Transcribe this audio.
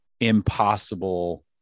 impossible